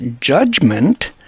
judgment